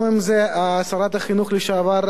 גם אם היתה זו שרת החינוך לשעבר,